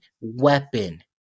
weapon